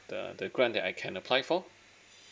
the the grant that I can apply for